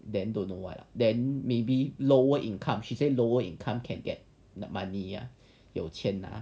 then don't know what then maybe lower income she said lower income can get the money ah 有钱拿